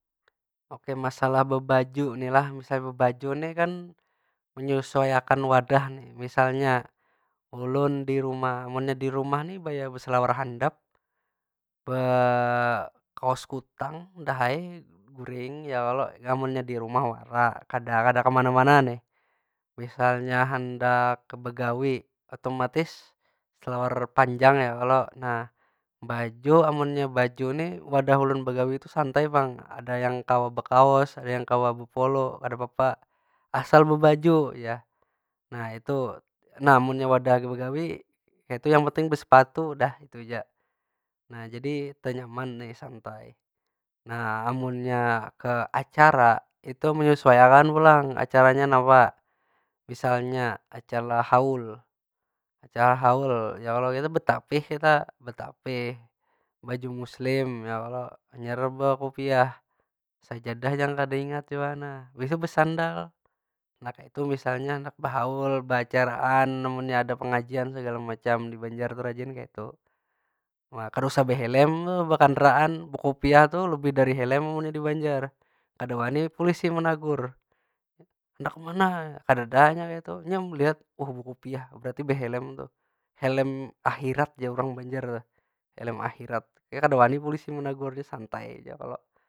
Oke masalah bebaju ni lah, misalnya bebaju nih kan, menyesuaiakan wadah ni. Misalnya, ulun di rumah, munnya di rumah ni baya beselawar handap, bekaus kutang, dah ai guring ya kalo? Munnya di rumah wara, kada- kada kemana- mana nih. Misalnya handak ke begawi, otomatis selawar panjang ya kalo? Nah, baju amunnya baju nih, wadah ulun begawi tu santai pang. Ada yang kawa bekaos, ada yang kawa bepolo kadapapa. Asal bebaju jar. Nah itu, nah munnya wadah begawi itu yang penting besepatu, dah kaytu aja. Nah jadi tenyaman nih, santai. nah amunnya ke acara, itu menyesuaiakan pulang acaranya napa. Misalnya acara haul. Acara haul ya kalo, kita betapih- kita betapih. Bebaju muslim ya kalo. Hanyar bekupiah, sajadah jangan kada ingat jua nah, habis tu besandal. Nah kaytu misalnya handak behaul, beacaraan amunnya ada pengajian segala macam di banjar tu rajin kaya itu. Kada usah behelem tu bekandaraan, bekupiah tu lebih dari helem munnya di banjar. Kada wani pulisi menagur, handak kemana? Kadeda nya kaytu. Nya melihat, bekupiah, berarti behelem tu. Helem akhirat jar urang banjar tuh. Helem akhirat, nya kada wani pulisi menagur tu santai ja kalo.